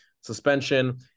suspension